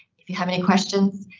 if you have any questions,